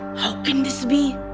how can this be?